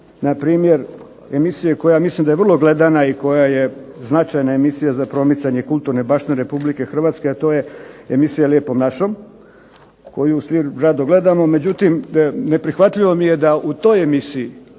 na npr. emisiju, koja mislim da je vrlo gledana i koja je značajna emisija za promicanje kulturne baštine Republike Hrvatske, a to je emisija Lijepom našom, koju svi rado gledamo, međutim neprihvatljivo mi je da u toj emisiji